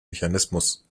mechanismus